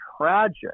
tragic